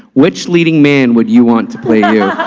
which leading man would you want to play you?